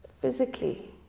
physically